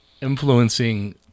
Influencing